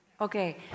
Okay